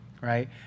right